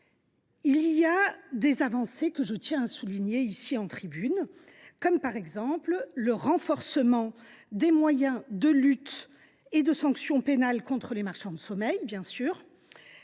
des avancées que je tiens à souligner. Je pense par exemple au renforcement des moyens de lutte et de sanctions pénales contre les marchands de sommeil, à